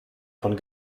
von